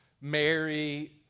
Mary